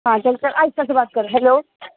hello